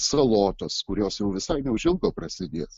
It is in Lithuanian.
salotos kurios jau visai neužilgo prasidės